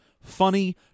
funny